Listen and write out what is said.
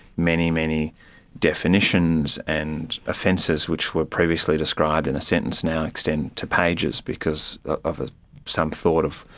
many, many definitions and offences which were previously described in a sentence now extend to pages because of ah some thought of,